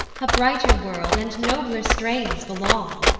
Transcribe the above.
a brighter world, and nobler strains belong.